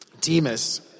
Demas